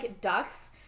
ducks